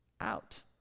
out